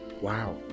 Wow